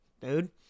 dude